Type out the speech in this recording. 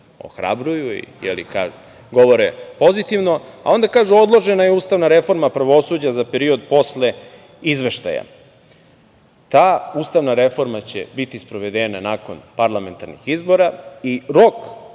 ohrabruju i govore pozitivno, a onda kažu da je odložena ustavna reforma pravosuđa za period posle izveštaja. Ta ustavna reforma će biti sprovedena nakon parlamentarnih izbora i rok